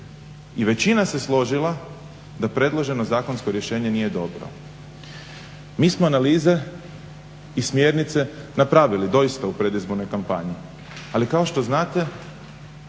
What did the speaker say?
I većina se složila da predloženo zakonsko rješenje nije dobro. Mi smo analize i smjernice napravili doista u predizbornoj kampanji ali kao što znate